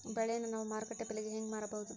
ಬೆಳೆಯನ್ನ ನಾವು ಮಾರುಕಟ್ಟೆ ಬೆಲೆಗೆ ಹೆಂಗೆ ಮಾರಬಹುದು?